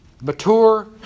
mature